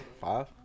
Five